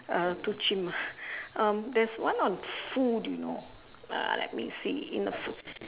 uh too chim ah um there's one on food you know uh let me see in the food